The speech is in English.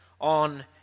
on